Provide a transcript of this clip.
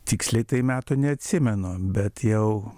tiksliai tai metų neatsimenu bet jau